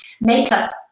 makeup